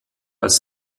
als